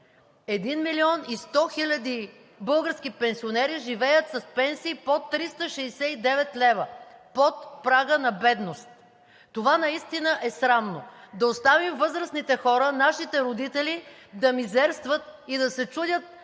милион и 100 хиляди български пенсионери живеят с пенсии под 369 лв., под прага на бедност. Това наистина е срамно. Да оставим възрастните хора, нашите родители, да мизерстват и да се чудят